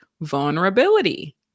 vulnerability